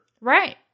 Right